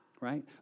right